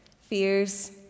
fears